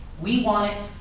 we want it,